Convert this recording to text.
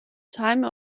time